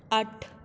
ਅੱਠ